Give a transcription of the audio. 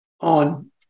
on